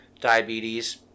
diabetes